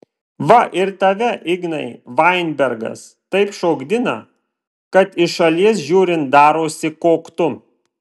va ir tave ignai vainbergas taip šokdina kad iš šalies žiūrint darosi koktu